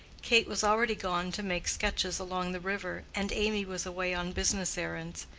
kate was already gone to make sketches along the river, and amy was away on business errands.